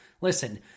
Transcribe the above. Listen